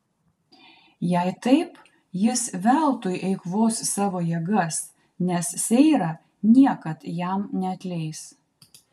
jei taip jis veltui eikvos savo jėgas nes seira niekad jam neatleis